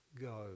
go